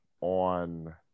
on